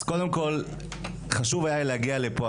אז חשוב היה להגיע לפה.